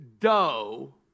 dough